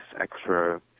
extra